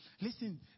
Listen